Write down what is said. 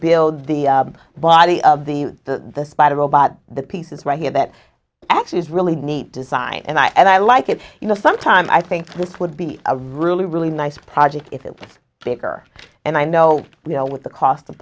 build the body of the the spider robot the pieces right here that actually is really neat design and i like it you know sometimes i think this would be a really really nice project if it's bigger and i know with the cost of